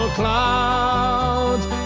clouds